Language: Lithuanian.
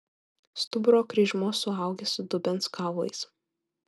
stuburo kryžmuo suaugęs su dubens kaulais